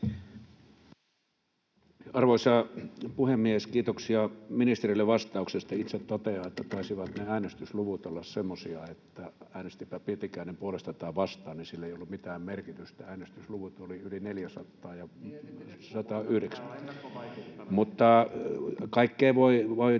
Arvoisa puhemies! Kiitoksia ministerille vastauksesta. Itse totean, että taisivat ne äänestysluvut olla semmoisia, että äänestipä Pietikäinen puolesta tai vastaan, niin sillä ei ollut mitään merkitystä. [Toimi Kankaanniemi: